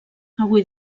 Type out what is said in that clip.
avui